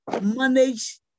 manage